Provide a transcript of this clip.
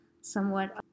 somewhat